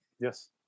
Yes